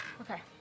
Okay